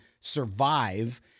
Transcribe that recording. survive